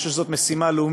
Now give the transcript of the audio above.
אני חושב שזו משימה לאומית.